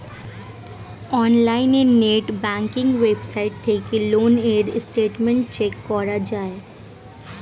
অনলাইনে net banking website থেকে loan এর স্টেটমেন্ট চেক করা যায়